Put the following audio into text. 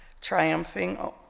triumphing